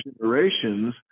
generations